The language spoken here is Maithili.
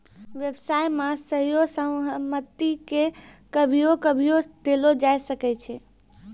व्यवसाय मे सेहो सहमति के कभियो कभियो देलो जाय सकै छै